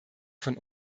von